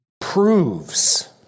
proves